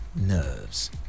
nerves